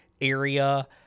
area